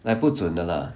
like 不准的 lah